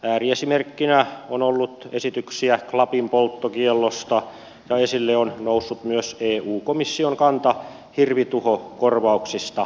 ääriesimerkkinä on ollut esityksiä klapinpolttokiellosta ja esille on noussut myös eu komission kanta hirvituhokorvauksista metsänomistajille